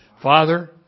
Father